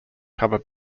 cover